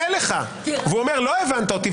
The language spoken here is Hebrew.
מבין אותי,